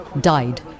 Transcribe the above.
died